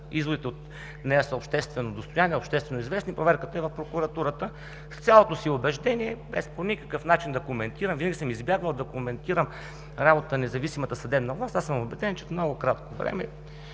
изводите от нея са обществено достояние, обществено известни. Проверката е в Прокуратурата. С цялото си убеждение, без по никакъв начин да коментирам, дори съм избягвал да коментирам работата на независимата съдебна власт, аз съм убеден, че в много кратко време